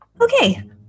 Okay